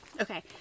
Okay